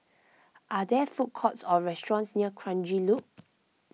are there food courts or restaurants near Kranji Loop